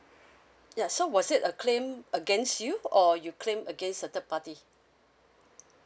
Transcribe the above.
ya so was it a claim against you or you claimed against the third party